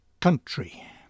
Country